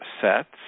sets